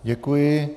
Děkuji.